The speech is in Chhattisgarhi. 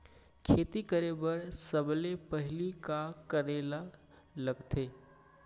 खेती करे बर सबले पहिली का करे ला लगथे?